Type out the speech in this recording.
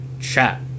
chat